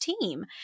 team